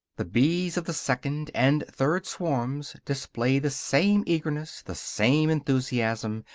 the bees of the second and third swarms display the same eagerness, the same enthusiasm,